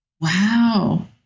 Wow